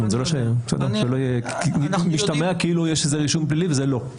שלא ישתמע כאילו יש איזה רישום פלילי, וזה לא.